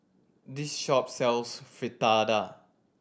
this shop sells Fritada